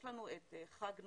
יש לנו מבחן נוסף,